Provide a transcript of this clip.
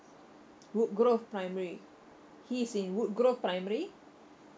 woodgrove primary he is in woodgrove primary